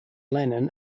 lennon